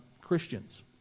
Christians